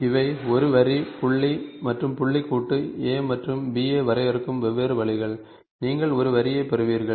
இவை ஒரு வரி புள்ளி மற்றும் புள்ளி கூட்டு A மற்றும் B ஐ வரையறுக்கும் வெவ்வேறு வழிகள் நீங்கள் ஒரு வரியைப் பெறுவீர்கள்